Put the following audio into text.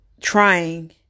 trying